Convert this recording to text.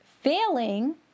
failing